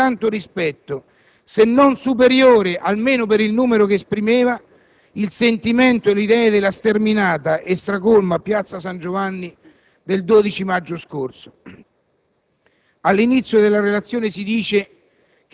ma credo che il Parlamento debba guardare con altrettanto rispetto - se non superiore, almeno per il numero che esprimeva - il sentimento e l'idea della sterminata e stracolma Piazza San Giovanni del 12 maggio scorso.